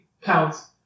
pounds